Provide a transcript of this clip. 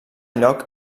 lloc